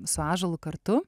su ąžuolu kartu